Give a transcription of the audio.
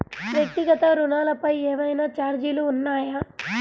వ్యక్తిగత ఋణాలపై ఏవైనా ఛార్జీలు ఉన్నాయా?